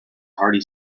hearty